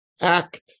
act